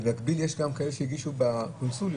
במקביל יש גם כאלה שהגישו בקונסוליות.